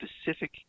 specific